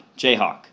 Jayhawk